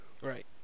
Right